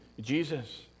Jesus